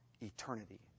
eternity